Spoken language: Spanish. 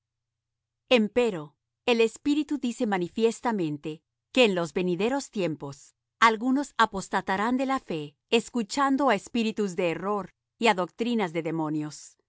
gloria empero el espíritu dice manifiestamente que en los venideros tiempos alguno apostatarán de la fe escuchando á espíritus de error y á doctrinas de demonios